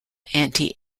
anti